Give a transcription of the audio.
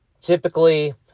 Typically